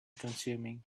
consuming